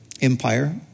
Empire